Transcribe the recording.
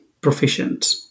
proficient